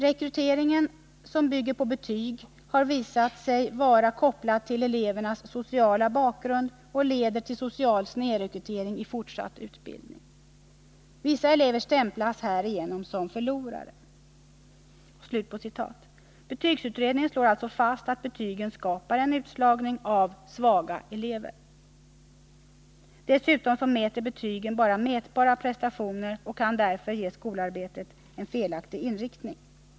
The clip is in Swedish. Rekryteringen som bygger på betyg har visat sig vara kopplad till elevernas sociala bakgrund och leder till social snedrekrytering i fortsatt utbildning. Vissa elever stämplas härigenom som förlorare.” Betygsutredningen slår alltså fast att betygen skapar en utslagning av ”svaga elever”. Dessutom mäter betygen bara mätbara prestationer och kan därför ge skolarbetet en felaktig inriktning.